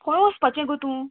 खंय वचपाचें गो तूं